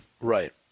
Right